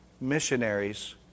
missionaries